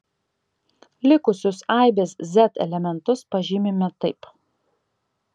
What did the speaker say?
likusius aibės z elementus pažymime taip